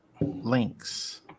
links